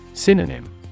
Synonym